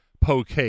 poke